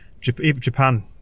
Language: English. Japan